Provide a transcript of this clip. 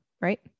right